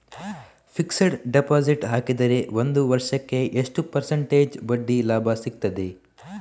Fixed deposit ಹಾಕಿದರೆ ಒಂದು ವರ್ಷಕ್ಕೆ ಎಷ್ಟು ಪರ್ಸೆಂಟೇಜ್ ಬಡ್ಡಿ ಲಾಭ ಸಿಕ್ತದೆ?